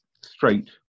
straight